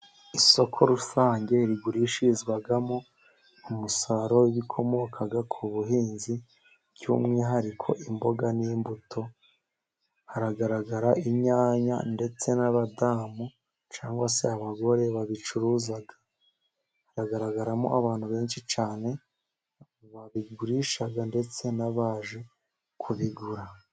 Isoko rusange rigurishirizwamo umusaruro bikomoka ku buhinzi, by'umwihariko imboga n'imbuto, haragaragara inyanya ndetse n'abadamu cyangwa se abagore babicuruza. Haragaragaramo abantu benshi cyane babigurisha, ndetse n'abaje kubigura.